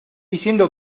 diciendo